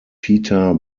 peter